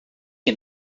que